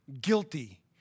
guilty